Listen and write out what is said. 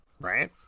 Right